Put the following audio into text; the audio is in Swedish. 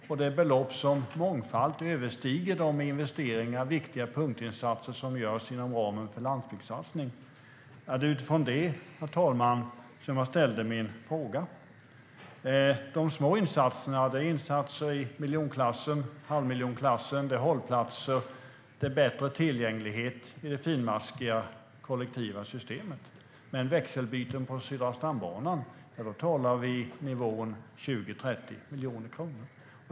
Det handlar om belopp som mångfaldigt överstiger de investeringar och viktiga punktinsatser som görs inom ramen för landsbygdssatsning, och det var utifrån detta, herr talman, som jag ställde min fråga. De små insatserna är insatser i miljon eller halvmiljonklassen. Det är hållplatser och bättre tillgänglighet i det finmaskiga kollektiva systemet. Men när det gäller växelbyten på Södra stambanan talar vi om nivån 20-30 miljoner kronor.